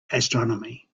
astronomy